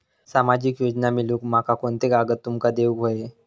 सामाजिक योजना मिलवूक माका कोनते कागद तुमका देऊक व्हये?